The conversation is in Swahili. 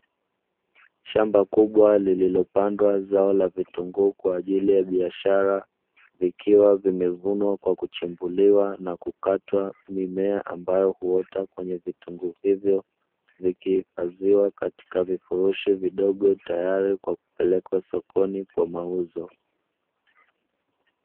Shamba kubwa lililopandwa zao la vitunguu kwa ajili ya biashara vikiwa vimechimbuliwa na kukatwa, mimea ambayo imeota kwenye vitunguu hivyo vikiifadhiwa katika vifurushi vidogo tayari kwa kupelekwa sokoni kwa mauzo.